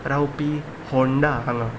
रावपी होंणा हांगा